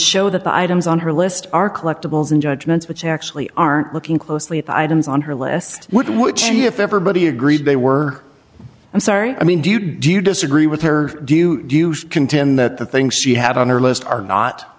show that the items on her list are collectibles and judgments which actually aren't looking closely at the items on her list which if everybody agreed they were i'm sorry i mean do you do you disagree with her do you contend that the things you have on her list are not